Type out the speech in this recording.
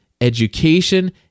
education